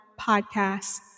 podcast